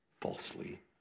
falsely